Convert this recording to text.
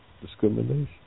discrimination